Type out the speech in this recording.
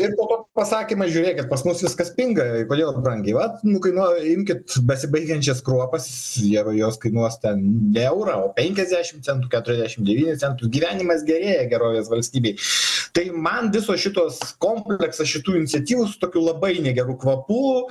ir po to pasakymas žiūrėkit pas mus viskas pinga kodėl brangiai vat nukainuoja imkit besibaigiančias kruopas jau jos kainuos ten ne eurą o penkiasdešimt centų keturiasdešimt devynis centus gyvenimas gerėja gerovės valstybėj tai man visos šitos kompleksas šitų iniciatyvų su tokiu labai negeru kvapu